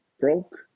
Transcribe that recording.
broke